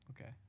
Okay